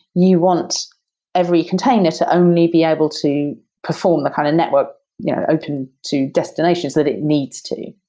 you want every container to only be able to perform the kind of network you know open to destinations that it needs to.